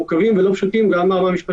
קבעתם את לוח הזמנים וזאת זכותכם, כמובן.